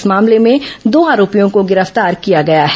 इस मामले में दो आरोपियों को गिरफ्तार किया गया है